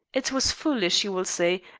it was foolish, you will say,